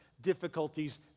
difficulties